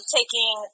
taking